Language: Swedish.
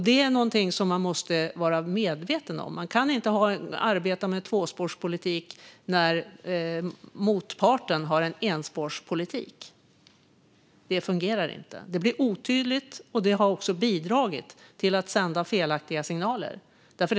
Det är någonting som man måste vara medveten om. Man kan inte arbeta med tvåspårspolitik när motparten har en ettspårspolitik. Det fungerar inte. Det blir otydligt, och det har också bidragit till att sända felaktiga signaler.